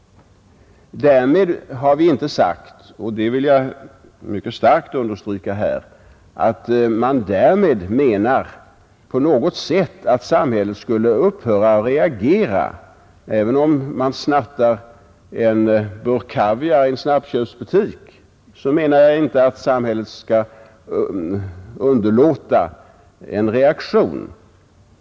Därmed har vi inte på något sätt sagt — det vill jag mycket starkt understryka — att samhället skulle upphöra att reagera på sådana brott. Jag menar alltså inte att samhället skall underlåta att reagera om någon snattar t.ex. en burk kaviar.